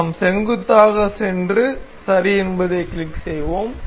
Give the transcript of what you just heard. நாம் செங்குத்தாக சென்று சரி என்பதைக் கிளிக் செய்வோம்